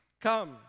come